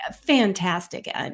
Fantastic